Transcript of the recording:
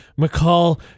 McCall